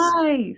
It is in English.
Nice